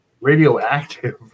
Radioactive